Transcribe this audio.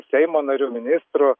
seimo nariu ministru